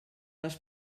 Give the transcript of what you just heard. les